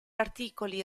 articoli